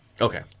Okay